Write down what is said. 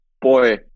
boy